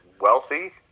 wealthy